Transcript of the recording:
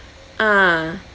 ah